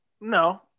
No